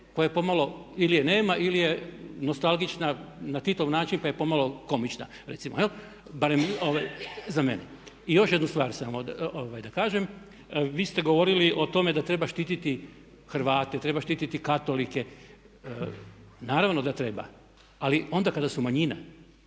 koja je pomalo ili je nema ili je nostalgična na Titov način pa je pomalo komična recimo jel' barem za mene. I još jednu stvar samo da kažem. Vi ste govorili o tome da treba štititi Hrvate, treba štiti Katolike. Naravno da treba, ali onda kada su manjina.